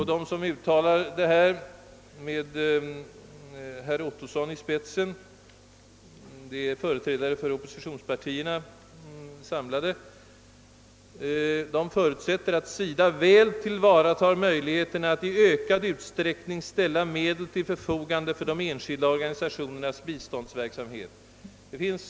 De som undertecknat detta särskilda yttrande — det är företrädare för oppositionspartierna i utskottet med herr Ottosson i spetsen — förutsätter »att SIDA väl tillvaratar möjligheterna att i ökad utsträckning ställa medel till förfogande för de enskilda organisationernas biståndsverksamhet». Jag ansluter mig till detta yttrande.